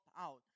out